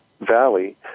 valley